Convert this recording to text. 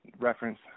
Reference